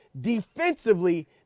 Defensively